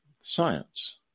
science